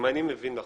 אם אני מבין נכון,